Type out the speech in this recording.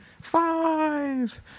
five